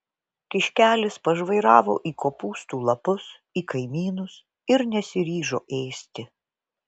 kiškelis pažvairavo į kopūstų lapus į kaimynus ir nesiryžo ėsti